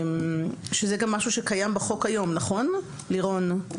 שזה גם משהו שקיים בחוק היום, נכון, לירון?